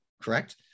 correct